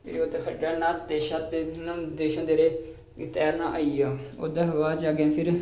ते उत्थै खड्ढै न्हाते शाते न्होंदे श्होंदे रेह् ते तैरना आई गेआ ओह्दे बाद च अग्गें फिर